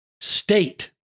state